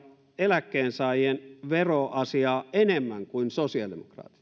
eläkkeensaajien veroasiaa enemmän kuin sosiaalidemokraatit